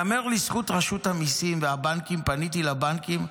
ייאמר לזכות רשות המיסים והבנקים, פניתי לבנקים,